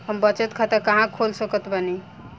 हम बचत खाता कहां खोल सकत बानी?